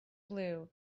blue